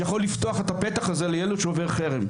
שיכול לפתוח את הפתח הזה לילד שעובר חרם.